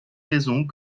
raisons